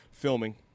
filming